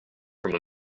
from